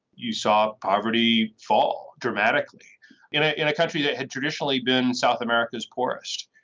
you saw poverty fall dramatically in ah in a country that had traditionally been south america's poorest.